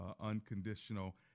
unconditional